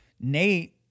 Nate